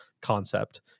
concept